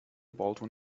baldwin